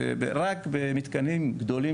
ורק במתקנים גדולים,